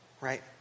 Right